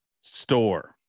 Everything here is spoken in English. store